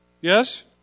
Yes